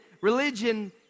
religion